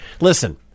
Listen